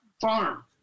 farm